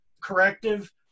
corrective